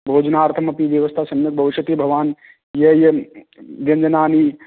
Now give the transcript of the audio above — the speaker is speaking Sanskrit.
भोजनार्थमपि अपि व्यवस्था सम्यक् भविष्यति भवान् ये ये व्यञ्जनानि